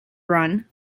run